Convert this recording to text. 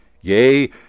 yea